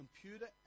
computer